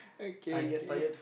okay okay